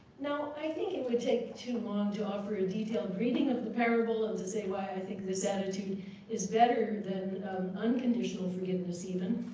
now i think it would take too long to offer a detailed reading of the parable and to say why i think this attitude is better than unconditional forgiveness even,